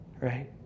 right